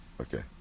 Okay